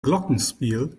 glockenspiel